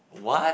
what